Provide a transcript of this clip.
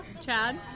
Chad